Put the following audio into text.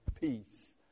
peace